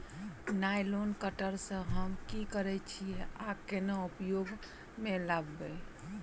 Nylon cutter सँ हम की करै छीयै आ केना उपयोग म लाबबै?